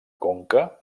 conca